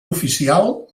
oficial